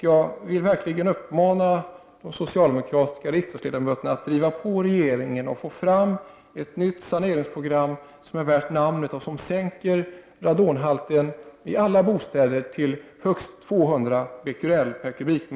Jag vill verkligen uppmana de socialdemokratiska riksdagsledamöterna att driva på regeringen för att få fram ett nytt saneringsprogram som är värt namnet och som sänker radonhalten i alla bostäder till högst 200 Bq/m?.